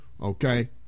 okay